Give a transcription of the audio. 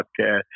podcast